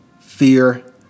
Fear